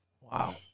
Wow